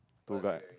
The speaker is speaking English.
two guy